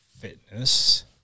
fitness